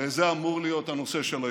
הרי זה אמור להיות הנושא של היום.